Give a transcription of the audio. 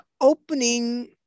opening